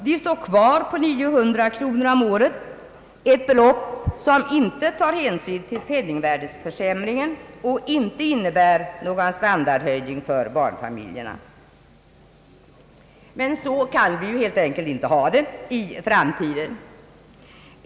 De står kvar på 900 kronor om året — ett belopp som inte tar hänsyn till penningvärdeförsämringen och inte innebär någon standardhöjning för barnfamiljerna. Men så kan vi helt enkelt inte ha det i framtiden.